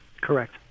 Correct